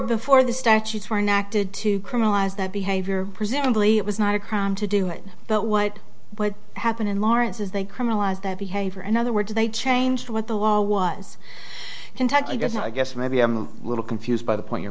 before the start sheets were not did to criminalize that behavior presumably it was not a crime to do it but what what happened in lawrence is they criminalize that behavior in other words they changed what the law was kentucky i guess i guess maybe i'm a little confused by the point you're